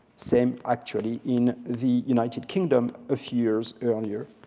same, actually, in the united kingdom a few years earlier.